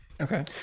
Okay